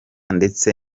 ndetse